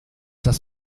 das